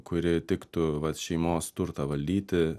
kuri tiktų vat šeimos turtą valdyti